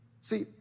See